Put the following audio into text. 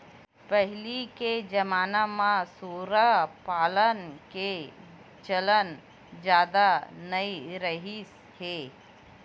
पहिली के जमाना म सूरा पालन के चलन जादा नइ रिहिस हे